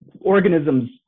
organisms